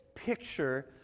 picture